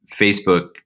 Facebook